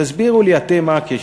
תסבירו לי אתם מה הקשר.